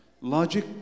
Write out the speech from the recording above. logic